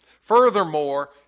Furthermore